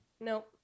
Nope